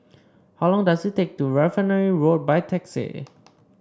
how long does it take to Refinery Road by taxi